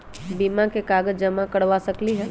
बीमा में कागज जमाकर करवा सकलीहल?